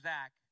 Zach